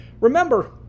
Remember